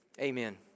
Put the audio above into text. amen